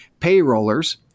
payrollers